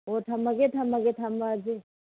ꯍꯣ ꯊꯝꯃꯒꯦ ꯊꯝꯃꯒꯦ ꯊꯝꯃꯁꯤ